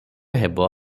ହେବ